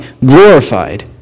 glorified